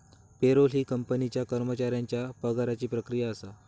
payroll ही कंपनीच्या कर्मचाऱ्यांच्या पगाराची प्रक्रिया असा